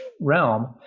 realm